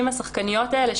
השחקניות האלה,